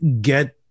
get